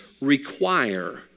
require